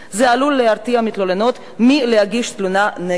זה עלול להרתיע מתלוננות מלהגיש תלונה נגד הפוגע.